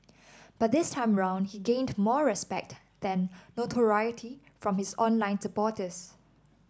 but this time round he gained more respect than notoriety from his online supporters